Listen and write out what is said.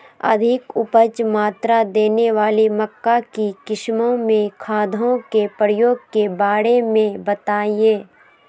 अधिक उपज मात्रा देने वाली मक्का की किस्मों में खादों के प्रयोग के बारे में बताएं?